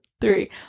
three